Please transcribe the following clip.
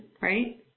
right